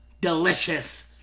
Delicious